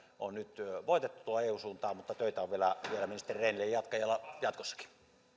on nyt voitettu tuonne eu suuntaan mutta töitä on vielä vielä ministeri rehnin jatkajalla jatkossakin